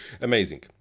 amazing